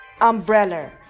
Umbrella